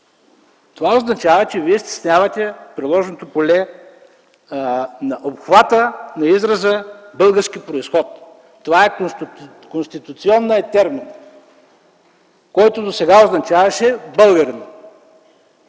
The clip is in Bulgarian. това означава, че Вие стеснявате приложното поле на обхвата на израза „български произход”. Това е конституционният термин, който досега означаваше „българин”,